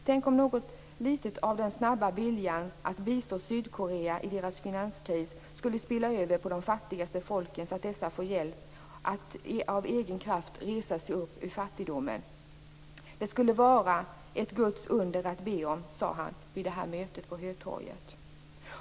Tänk om något litet av den snabba viljan att bistå Sydkorea i landets finanskris skulle spilla över på de fattigaste folken, så att dessa får hjälp att av egen kraft resa sig upp ur fattigdomen. Det skulle vara ett Guds under att be om, sade han vid mötet på Hötorget.